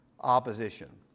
opposition